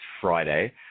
Friday